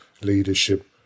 leadership